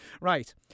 Right